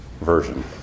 version